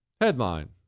Headline